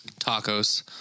tacos